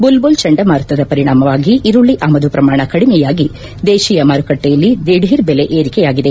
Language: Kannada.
ಬುಲ್ಬುಲ್ ಚಂಡಮಾರುತದ ಪರಿಣಾಮವಾಗಿ ಈರುಳ್ಳ ಆಮದು ಪ್ರಮಾಣ ಕಡಿಮೆಯಾಗಿ ದೇತಿಯ ಮಾರುಕಟ್ಟೆಯಲ್ಲಿ ದಿಢೀರ್ ಬೆಲೆ ಏರಿಕೆಯಾಗಿದೆ